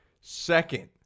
Second